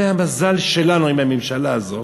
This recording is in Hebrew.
זה המזל שלנו עם הממשלה הזאת.